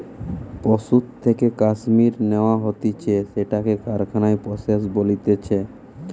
পশুর থেকে কাশ্মীর ন্যাওয়া হতিছে সেটাকে কারখানায় প্রসেস বলতিছে